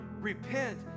repent